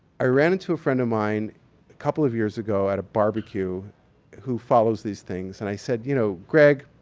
i ran into a friend of mine a couple of years ago at a barbecue who follows these things. and i said, you know, greg.